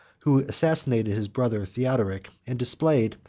who assassinated his brother theodoric, and displayed,